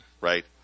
right